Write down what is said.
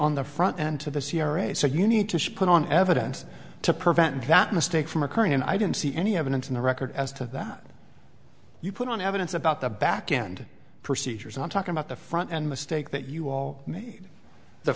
on the front and to the c r a so you need to put on evidence to prevent that mistake from occurring and i don't see any evidence on the record as to that you put on evidence about the back end procedures i'm talking about the front end mistake that you all